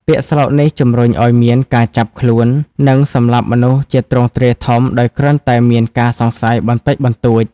ពាក្យស្លោកនេះជំរុញឱ្យមានការចាប់ខ្លួន និងសម្លាប់មនុស្សជាទ្រង់ទ្រាយធំដោយគ្រាន់តែមានការសង្ស័យបន្តិចបន្តួច។